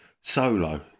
solo